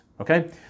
Okay